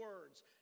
words